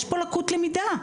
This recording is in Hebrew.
יש פה לקות למידה,